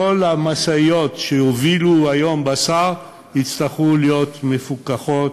כל המשאיות שמובילות היום בשר יצטרכו להיות מפוקחות